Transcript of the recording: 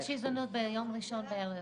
יש הזדמנות ביום ראשון בערב